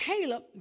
Caleb